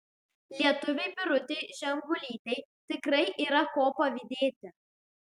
lietuvei birutei žemgulytei tikrai yra ko pavydėti